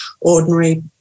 ordinary